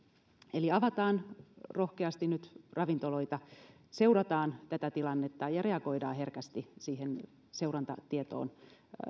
eli avataan nyt rohkeasti ravintoloita seurataan tätä tilannetta ja ja reagoidaan herkästi siihen seurantatietoon